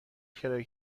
کرایه